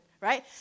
right